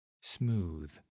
smooth